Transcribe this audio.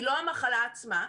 היא לא המחלה עצמה.